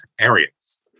areas